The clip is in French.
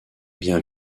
bien